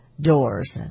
doors